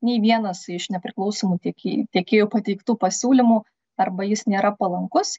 nei vienas iš nepriklausomų tieki tiekėjo pateiktų pasiūlymų arba jis nėra palankus